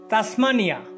Tasmania